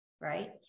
right